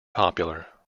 popular